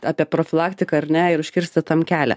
apie profilaktiką ar ne ir užkirsti tam kelią